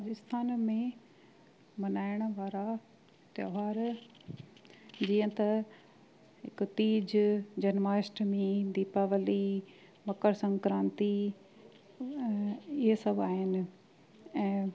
राजस्थान में मल्हाइण वारा त्योहार जीअं त हिक तीज जन्माष्टमी दीपावली मकर संक्राती इहे सभु आहिनि ऐं